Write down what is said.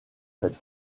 cette